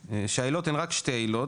שהעילות הן רק שתי עילות,